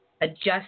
adjust